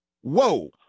Whoa